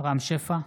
רם שפע,